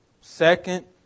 Second